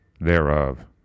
thereof